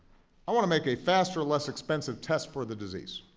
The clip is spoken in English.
i want to make a faster, less-expensive test for the disease,